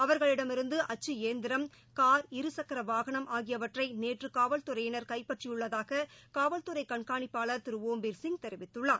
அவர்களிடமிருந்து அச்சு எயந்திரம் கார் இரு சக்கரவாகனம் ஆகியவற்றை நேற்று காவல்துறையினர் கைபற்றியுள்ளதாக காவல்துறை கண்காணிப்பாளர் திரு ஒம்பர் சிப் தெரிவித்துள்ளார்